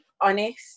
honest